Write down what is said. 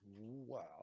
Wow